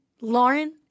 Lauren